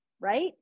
right